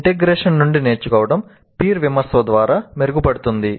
integration నుండి నేర్చుకోవడం peer విమర్శ ద్వారా మెరుగుపడుతుంది